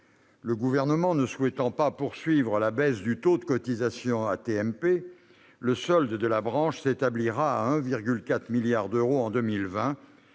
Le Gouvernement ne souhaitant pas poursuivre la baisse du taux de cotisation AT-MP, le solde de la branche s'établira à 1,4 milliard d'euros en 2020